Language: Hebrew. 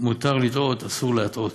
מותר לטעות, אסור להטעות.